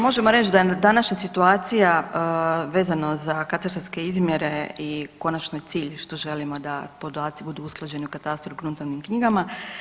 Pa možemo reć da je današnja situacija vezano za katastarske izmjere i konačni cilj što želimo da podaci budu usklađeni u katastru i gruntovnim knjigama.